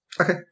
Okay